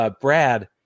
Brad